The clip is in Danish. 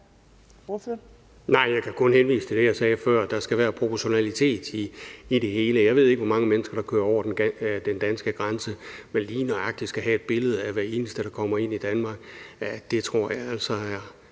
(V): Jeg kan kun henvise til det, jeg sagde før: Der skal være proportionalitet i det hele. Jeg ved ikke, hvor mange mennesker der kører over den danske grænse, men lige nøjagtig at skulle have et billede af hver eneste, der kommer ind i Danmark, tror jeg altså er